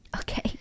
okay